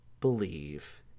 Believe